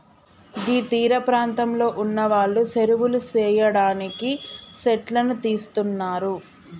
గీ తీరపాంతంలో ఉన్నవాళ్లు సెరువులు సెయ్యడానికి సెట్లను తీస్తున్నరు